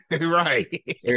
Right